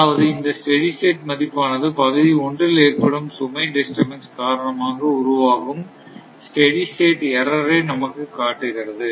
அதாவது இந்த steady state மதிப்பானது பகுதி ஒன்றில் ஏற்படும் சுமை டிஸ்டபன்ஸ் காரணமாக உருவாகும் ஸ்டெடி ஸ்டேட் எர்ரர் ஐ நமக்கு காட்டுகிறது